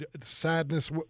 sadness